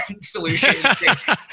solution